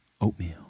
oatmeal